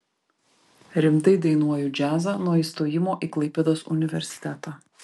rimtai dainuoju džiazą nuo įstojimo į klaipėdos universitetą